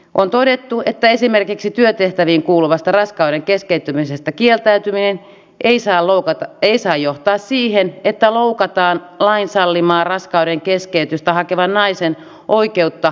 on todettu että esimerkiksi työtehtäviin kuuluvasta raskauden keskeyttämisestä kieltäytyminen ei saa johtaa siihen että loukataan lain sallimaa raskaudenkeskeytystä hakevan naisen oikeutta yksityiselämään